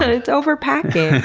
it's overpacking.